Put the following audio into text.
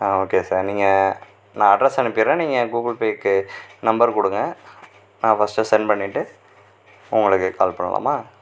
okay sir நீங்கள் நான் address அனுப்பிவிடுறேன் நீங்கள் கூகுள்பேக்கு நம்பர் கொடுங்க நான் ஃபர்ஸ்ட் செண்ட் பண்ணிட்டு உங்களுக்கு கால் பண்ணலாமா